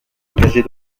engagées